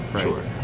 Sure